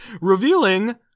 Revealing